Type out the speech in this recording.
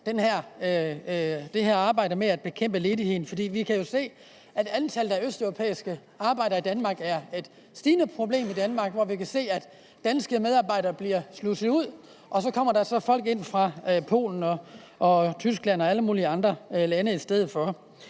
det her arbejde med at bekæmpe ledigheden på. For vi kan jo se, at antallet af østeuropæiske arbejdere er et stigende problem i Danmark, hvor vi kan se at danske medarbejdere bliver sluset ud, og så kommer der folk ind fra Polen og Tyskland og alle mulige andre lande i stedet for.